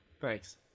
Thanks